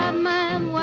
um man